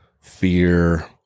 fear